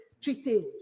treaty